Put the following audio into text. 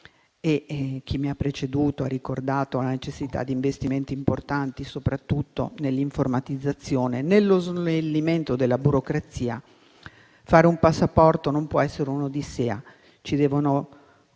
Chi mi ha preceduto ha ricordato la necessità di investimenti importanti, soprattutto nell'informatizzazione e nello snellimento della burocrazia. Fare un passaporto non può essere un'odissea. Devono